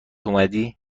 اومدی